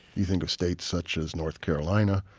you think of states such as north carolina,